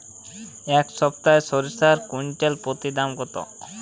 এই সপ্তাহে সরিষার কুইন্টাল প্রতি দাম কত?